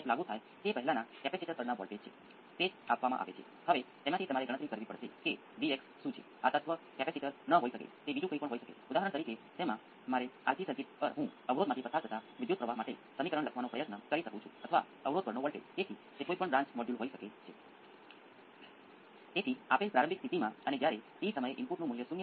હવે હું દાખલા તરીકે કોઈપણ ઇનપુટનો ઉપયોગ કરી શકું છું હું કરી શકું છું મોટો કૌંસ ફરીથી વાપરીને સૌ પ્રથમ સ્ટેજના રિસ્પોન્સની ચોક્કસ ગણતરી કરી પરંતુ ખરેખર તે સહેજ સામેલ છે પરંતુ તમે તેની ગણતરી કરી શકો છો તમે કંઈક સારું બનાવી શકો છો કેટલાક પીસ વાઈઝ એક્સ્પોનેંસિયલ વાક્ય